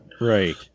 Right